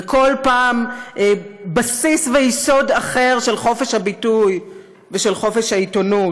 וכל פעם בסיס ויסוד אחר של חופש הביטוי ושל חופש העיתונות.